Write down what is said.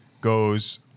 goes